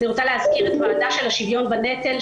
אני רוצה להזכיר את הוועדה של השוויון בנטל,